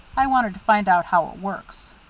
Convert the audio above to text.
i wanted to find out how it works.